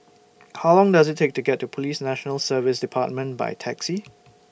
How Long Does IT Take to get to Police National Service department By Taxi